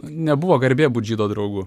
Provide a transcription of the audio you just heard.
nebuvo garbė būt žydo draugu